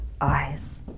eyes